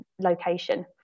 location